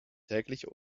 täglich